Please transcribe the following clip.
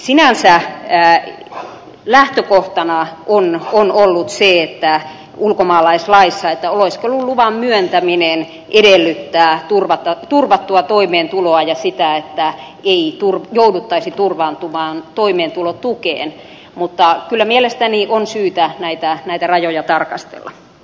sinänsä lähtökohtana on ollut ulkomaalaislaissa se että oleskeluluvan myöntäminen edellyttää turvattua toimeentuloa ja sitä että ei jouduttaisi turvautumaan toimeentulotukeen mutta kyllä mielestäni on syytä näitä rajoja tarkastella